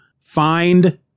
find